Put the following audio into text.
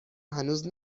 هنوز